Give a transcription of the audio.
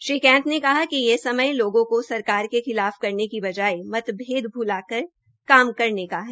श्री कैंथ ने कहा कि यह समय लोगों का सरकार के खिलाफ करने के बजाये मतभेद भ्लाकर काम करने का है